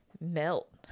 melt